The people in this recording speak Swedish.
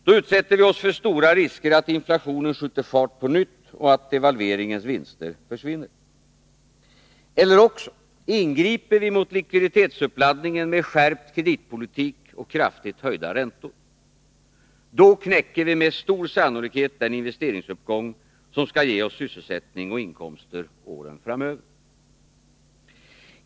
Då utsätter vi oss för stora risker att inflationen skjuter fart på nytt och att devalveringens vinster försvinner. Vi kan också ingripa mot likviditetsuppladdningen med skärpt kreditpolitik och kraftigt höjda räntor. Då knäcker vi med stor sannolikhet den investeringsuppgång som skall ge oss sysselsättning och inkomster åren framöver.